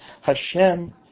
Hashem